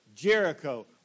Jericho